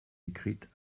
écrites